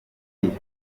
iyi